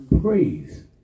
Praise